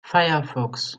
firefox